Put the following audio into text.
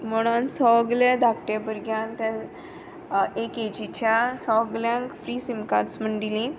म्हुणोन सगल्या धाकट्या भुरग्यान एक एजीच्या सगल्यांक फ्री सीम काड्स म्हूण दिली